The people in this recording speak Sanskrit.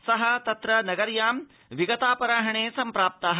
सः तत्र नगयाँ विगतापराह्ने सम्प्राप्तः